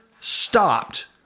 stopped